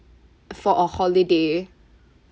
for a holiday